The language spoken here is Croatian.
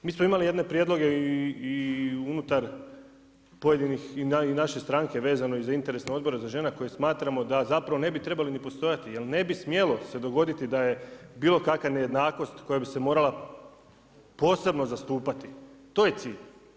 Mi smo imali jedne prijedloge unutar pojedinih i naše stranke vezano za interesne odbore za žene koje smatramo da zapravo ne bi trebali ni postojati jel ne bi smjelo se dogoditi da je bilo kakva nejednakost koja bi se morala posebno zastupati, to je cilj.